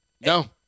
No